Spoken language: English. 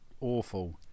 awful